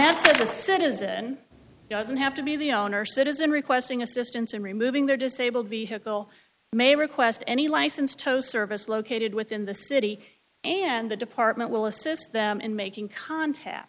a citizen doesn't have to be the owner citizen requesting assistance in removing their disabled vehicle may request any license tow service located within the city and the department will assist them in making contact